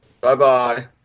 Bye-bye